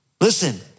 Listen